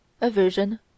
aversion